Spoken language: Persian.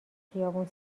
خیابون